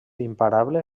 imparable